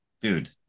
dude